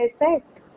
effect